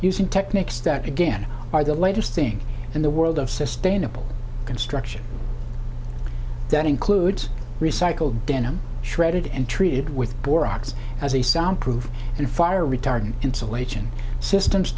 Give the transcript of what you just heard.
using techniques that again are the latest thing in the world of sustainable construction that includes recycled denim shredded and treated with borax as a sound proof and fire retardant insulation systems